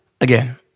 again